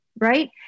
right